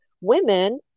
women